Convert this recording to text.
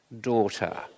daughter